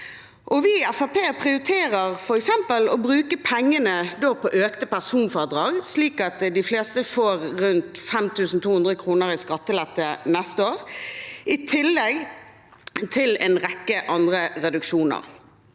prioriterer f.eks. å bruke pengene på økte personfradrag, slik at de fleste får rundt 5 200 kr i skattelette neste år, i tillegg til en rekke andre reduksjo ner.